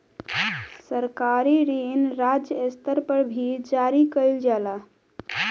सरकारी ऋण राज्य स्तर पर भी जारी कईल जाला